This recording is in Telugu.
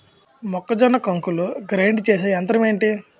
మొక్కజొన్న కంకులు గ్రైండ్ చేసే యంత్రం ఏంటి?